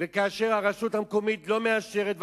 וכאשר ועדת התכנון ברשות המקומית לא מאשרת,